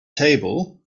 table